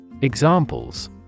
Examples